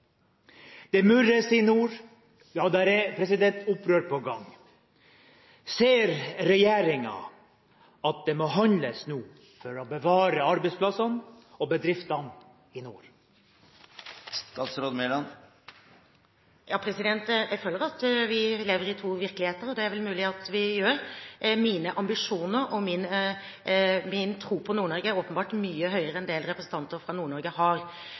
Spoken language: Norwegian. Det murrer i nord, ja det er opprør på gang. Ser regjeringen at det må handles nå for å bevare arbeidsplassene og bedriftene i nord? Jeg føler at vi lever i to virkeligheter – og det er det vel mulig at vi gjør. Mine ambisjoner og min tro på Nord-Norge er åpenbart mye høyere enn det en del representanter fra Nord-Norge har.